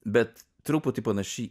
bet truputį panaši